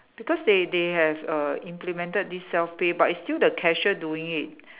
because they they have err implemented this self pay but it's still the cashier doing it